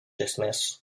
esmės